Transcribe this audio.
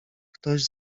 ktoś